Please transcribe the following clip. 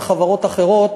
וחברות אחרות